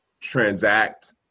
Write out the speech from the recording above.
transact